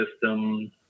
system